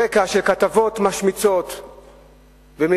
ברקע של כתבות משמיצות ומתלהמות.